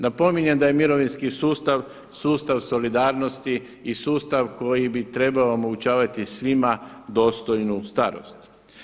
Napominjem da je mirovinski sustav sustav solidarnosti i sustav koji bi trebamo omogućavati svima dostojnu starost.